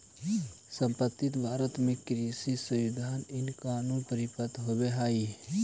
संप्रति भारत में कृषि संबंधित इन कानून पारित होलई हे